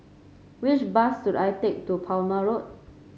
which bus should I take to Palmer Road